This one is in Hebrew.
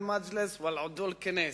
להלן תרגומם לעברית: כבודך,